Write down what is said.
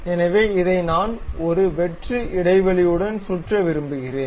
எனவே இதை நான் ஒரு வெற்று இடைவெளியுடன் சுற்ற விரும்புகிறேன்